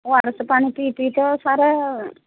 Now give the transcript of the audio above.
ଓ R S ପାଣି ପିଇ ପିଇ ତ ସାର୍